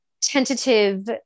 tentative